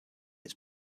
its